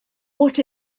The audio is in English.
what